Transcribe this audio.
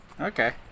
Okay